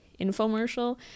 infomercial